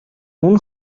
اون